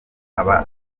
aba